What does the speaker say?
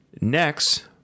Next